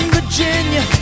Virginia